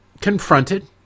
confronted